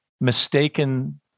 mistaken